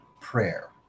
prayer